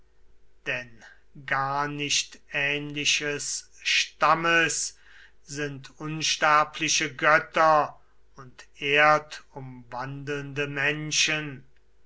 denn gar nicht ähnliches stammes sind unsterbliche götter und erdumwandelnde menschen